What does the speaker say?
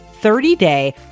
30-day